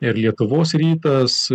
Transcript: ir lietuvos rytas